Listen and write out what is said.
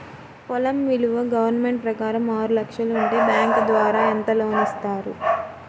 పొలం విలువ గవర్నమెంట్ ప్రకారం ఆరు లక్షలు ఉంటే బ్యాంకు ద్వారా ఎంత లోన్ ఇస్తారు?